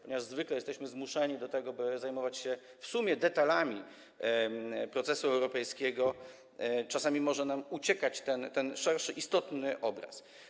Ponieważ zwykle jesteśmy zmuszeni do tego, by zajmować się w sumie detalami procesu europejskiego, czasami może nam uciekać ten szerszy, istotny obraz.